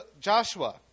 Joshua